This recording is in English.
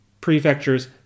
prefecture's